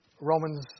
Romans